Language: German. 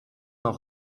auch